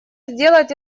сделать